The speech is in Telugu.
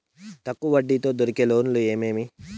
తక్కువ వడ్డీ తో దొరికే లోన్లు ఏమేమి